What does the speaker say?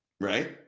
right